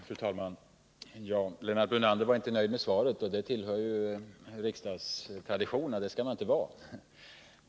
Fru talman! Lennart Brunander var inte nöjd med svaret. Det tillhör riksdagstraditionerna. Det skall man inte vara.